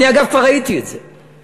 אני, אגב, כבר ראיתי את זה: